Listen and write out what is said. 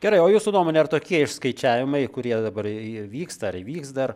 gerai o jūsų nuomone ar tokie išskaičiavimai kurie dabar jie vyksta ar vyks dar